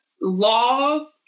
laws